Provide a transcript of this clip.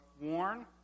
warn